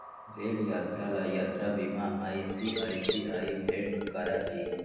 rail यात्रा ला यात्रा बीमा आई.सी.आई.सी.आई भेंट करा हई